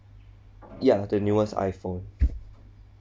ya the newest iPhone